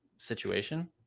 situation